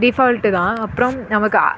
default தான் அப்புறம் நமக்கு